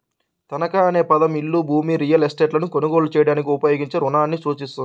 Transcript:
తనఖా అనే పదం ఇల్లు, భూమి, రియల్ ఎస్టేట్లను కొనుగోలు చేయడానికి ఉపయోగించే రుణాన్ని సూచిస్తుంది